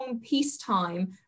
peacetime